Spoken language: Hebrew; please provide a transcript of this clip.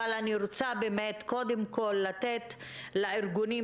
אבל קודם כול אני רוצה לתת לארגונים